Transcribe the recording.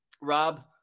rob